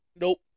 Nope